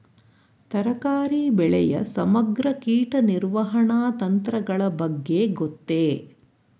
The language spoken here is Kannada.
ತರಕಾರಿ ಬೆಳೆಯ ಸಮಗ್ರ ಕೀಟ ನಿರ್ವಹಣಾ ತಂತ್ರಗಳ ಬಗ್ಗೆ ಗೊತ್ತೇ?